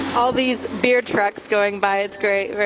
all these beer trucks going by. it's great. right?